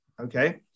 Okay